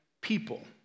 people